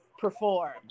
perform